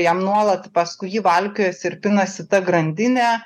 jam nuolat paskui jį valkiojasi ir pinasi tą grandinė